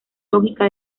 lógica